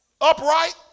upright